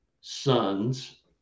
sons